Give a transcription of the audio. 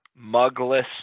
mugless